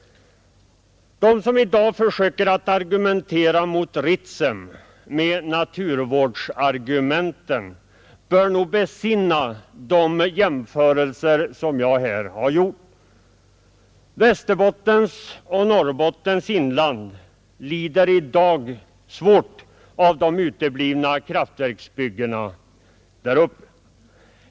De som i dag försöker argumentera mot Ritsem med naturvårdsargumenten bör nog besinna de jämförelser som jag här har gjort. Västerbottens och Norrbottens inland lider i dag svårt av de uteblivna kraftverksbyggena där uppe.